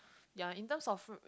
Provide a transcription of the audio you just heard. ya in terms of